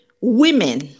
women